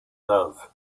love